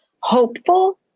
hopeful